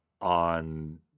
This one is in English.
on